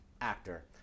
actor